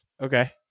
Okay